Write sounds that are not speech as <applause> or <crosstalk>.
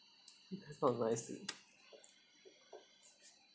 not nice <noise>